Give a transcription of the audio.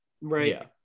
Right